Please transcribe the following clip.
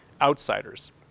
outsiders